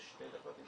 בשתי דקות,